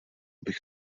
bych